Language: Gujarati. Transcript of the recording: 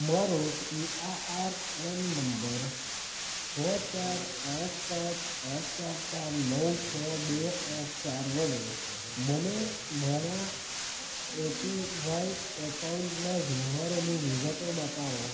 મારો P A R N number છ ચાર આઠ પાંચ આઠ ચાર ચાર નવ છ બે આઠ ચાર વડે મને મારા એપીવાય એકાઉન્ટના વ્યવહારોની વિગતો બતાવો